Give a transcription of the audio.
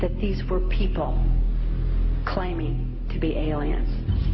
that these were people claiming to be aliens